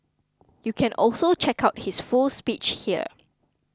you can also check out his full speech here